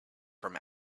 from